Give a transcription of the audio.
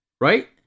right